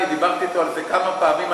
דיברתי אתו על זה כמה פעמים,